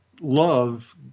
love